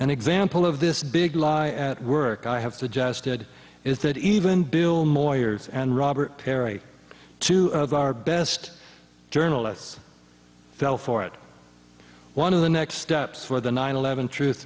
an example of this big lie at work i have suggested is that even bill moyers and robert perry two of our best journalists fell for it one of the next steps for the nine eleven truth